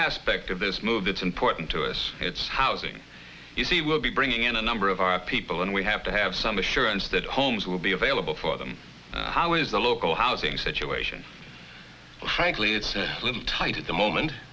aspect of this move that's important to us it's housing you see we'll be bringing in a number of our people and we have to have some assurance that homes will be available for them how is the local housing situation frankly it's a little tight at the